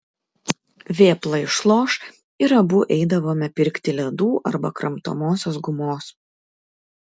vėpla išloš ir abu eidavome pirkti ledų arba kramtomosios gumos